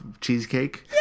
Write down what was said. cheesecake